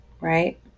right